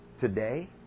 Today